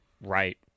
right